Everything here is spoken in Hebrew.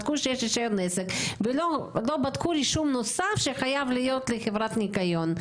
בדקו שיש רישיון עסק ולא בדקו רישום נוסף שחייב להיות לחברת ניקיון,